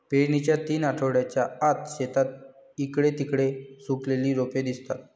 पेरणीच्या तीन आठवड्यांच्या आत, शेतात इकडे तिकडे सुकलेली रोपे दिसतात